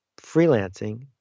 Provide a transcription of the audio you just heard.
freelancing